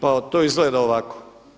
Pa to izgleda ovako.